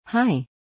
Hi